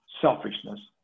selfishness